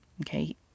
Okay